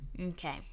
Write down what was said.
Okay